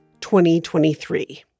2023